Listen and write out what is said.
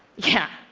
yeah.